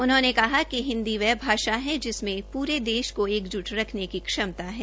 उन्होंने कहा कि हिन्दी वह भाषा है जिसमें पूरे देश को एकजुट रखने की श्रमता है